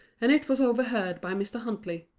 and it was overheard by mr. huntley.